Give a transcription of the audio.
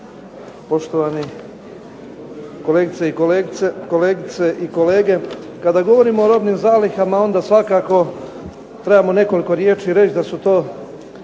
Poštovani kolegice i kolege. Kada govorimo o robnim zalihama onda svakako trebamo nekoliko riječi reći da su to